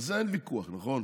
על זה אין ויכוח, נכון?